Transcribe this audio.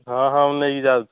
ହଁ ହଉ ମୁଁ ନେଇକି ଯାଉଛି